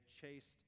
chased